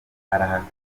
arahakana